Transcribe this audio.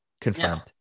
confirmed